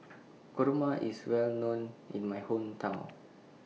Kurma IS Well known in My Hometown